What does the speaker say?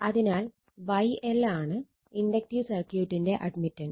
അതിനാൽ YL ആണ് inductive സർക്യൂട്ടിന്റെ അഡ്മിറ്റൻസ്